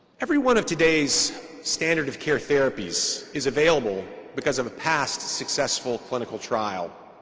every one of today's standard-of-care therapies is available because of a past successful clinical trial.